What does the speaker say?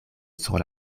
sur